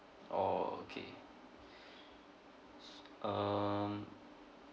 orh okay um